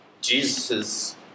Jesus